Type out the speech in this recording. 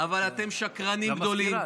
אבל אתם שקרנים גדולים,